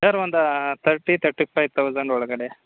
sir ಒಂದು thirty thirty five thousand ಒಳಗಡೆ